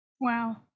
Wow